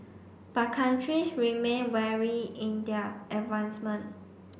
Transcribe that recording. but countries remain varied in their advancement